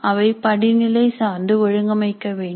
அவை படிநிலை சார்ந்து ஒழுங்கமைக்க வேண்டும்